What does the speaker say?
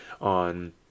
on